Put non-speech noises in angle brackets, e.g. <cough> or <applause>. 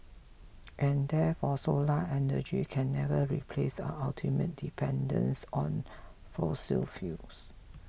and therefore solar energy can never replace our ultimate dependence on <noise> fossil fuels